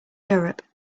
europe